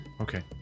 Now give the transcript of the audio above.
Okay